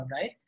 right